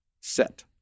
Set